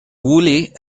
woolley